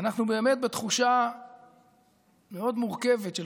אנחנו באמת בתחושה מאוד מורכבת של